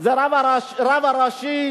זה הרב הראשי